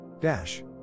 Dash